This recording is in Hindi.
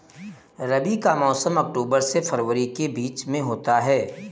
रबी का मौसम अक्टूबर से फरवरी के बीच में होता है